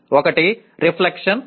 ఒకటి రిఫ్లెక్షన్